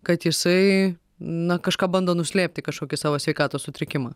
kad jisai na kažką bando nuslėpti kažkokį savo sveikatos sutrikimą